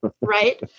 right